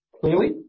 clearly